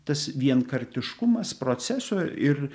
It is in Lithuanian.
tas vienkartiškumas proceso ir